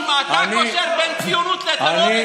אתה תחליט אם אתה קושר בין ציונות לטרור.